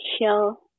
shell